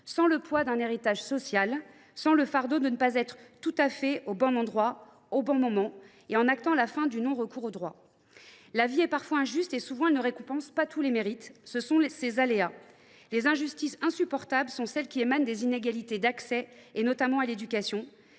subir le poids d’un héritage social, sans porter le fardeau de ne pas être tout à fait au bon endroit, au bon moment, et en en finissant avec le non recours aux droits. La vie est parfois injuste et ne récompense pas tous les mérites. Au delà de ces aléas, les injustices insupportables sont celles qui émanent des inégalités d’accès, notamment à l’éducation